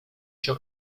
się